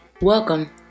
Welcome